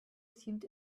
seemed